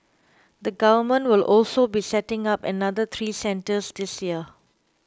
the Government will also be setting up another three centres this year